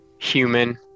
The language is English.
human